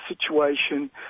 situation